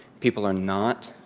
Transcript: people are not